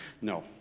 No